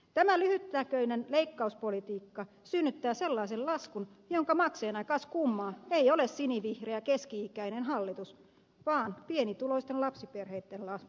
tämä lyhytnäköinen leikkauspolitiikka synnyttää sellaisen laskun jonka maksajana kas kummaa ei ole sinivihreä keski ikäinen hallitus vaan pienituloisten lapsiperheitten lapset